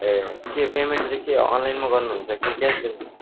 ए के पेमेन्ट चाहिँ के अनलाइनमा गर्नुहुन्छ कि क्यास दिनुहुन्छ